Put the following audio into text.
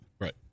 Right